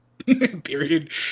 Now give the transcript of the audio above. period